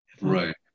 Right